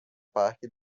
parque